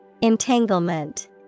Entanglement